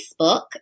Facebook